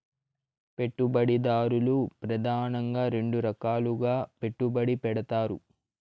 పెట్టుబడిదారులు ప్రెదానంగా రెండు రకాలుగా పెట్టుబడి పెడతారు